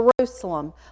Jerusalem